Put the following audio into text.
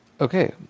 Okay